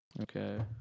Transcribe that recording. Okay